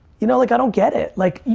you know, like i don't get it. like,